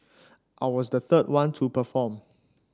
I was the third one to perform